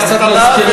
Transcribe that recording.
זה קצת מזכיר,